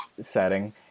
setting